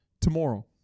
tomorrow